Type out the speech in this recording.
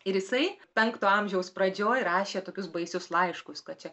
ir jisai penkto amžiaus pradžioj rašė tokius baisius laiškus kad čia